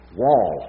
wall